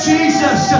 Jesus